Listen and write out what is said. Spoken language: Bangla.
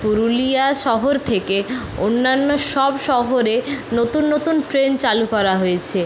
পুরুলিয়া শহর থেকে অন্যান্য সব শহরে নতুন নতুন ট্রেন চালু করা হয়েছে